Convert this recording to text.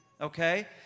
okay